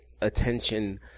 attention